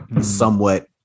somewhat